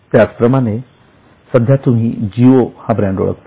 त्याचप्रमाणे सध्या तुम्ही जिओ हा ब्रँड ओळखता